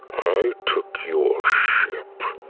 i took your ship.